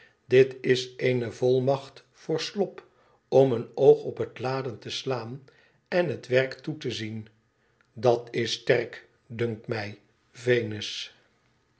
dit is eene volmacht voor slop om een oog op het laden te slaan en op het werk toe te zien dat is sterk dunkt mij venus